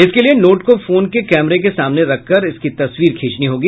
इसके लिए नोट को फोन के कैमरे के सामने रख कर इसकी तस्वीर खींचनी होगी